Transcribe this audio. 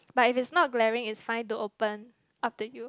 but if it's not glaring is fine to open up to you